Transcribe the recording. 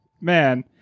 man